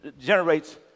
generates